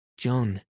John